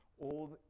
old